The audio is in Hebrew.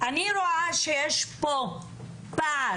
אני רואה שיש פה פער